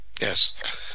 Yes